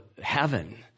heaven